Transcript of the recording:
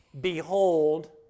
Behold